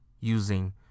Using